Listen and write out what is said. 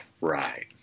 right